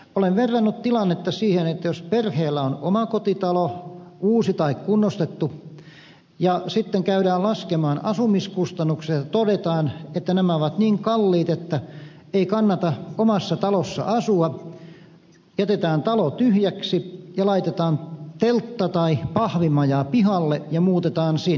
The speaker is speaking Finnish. olen verrannut tilannetta siihen että perheellä on omakotitalo uusi tai kunnostettu ja sitten käydään laskemaan asumiskustannukset ja todetaan että nämä ovat niin kalliit että ei kannata omassa talossa asua jätetään talo tyhjäksi ja laitetaan teltta tai pahvimaja pihalle ja muutetaan sinne